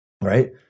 right